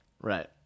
Right